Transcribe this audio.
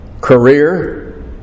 career